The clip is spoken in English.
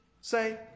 say